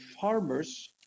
farmers